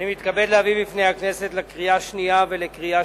אני מתכבד להביא בפני הכנסת לקריאה שנייה ולקריאה